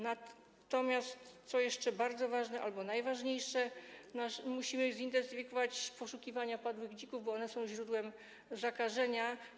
Natomiast, co bardzo ważne albo najważniejsze, musimy zintensyfikować poszukiwania padłych dzików, bo one są źródłem zakażenia.